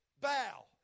Bow